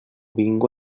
bingo